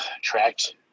tracked